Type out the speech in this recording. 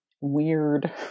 weird